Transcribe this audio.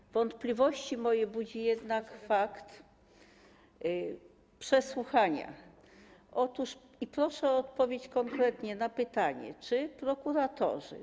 Moje wątpliwości budzi jednak fakt przesłuchania i proszę o odpowiedź konkretnie na pytanie, czy prokuratorzy.